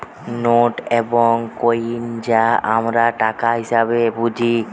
note এবং coin যা আমরা টাকা হিসেবে বুঝি